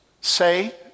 say